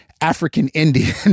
African-Indian